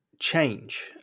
change